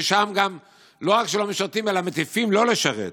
ששם לא רק שלא משרתים אלא מטיפים לא לשרת.